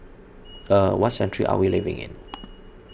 er what century are we living in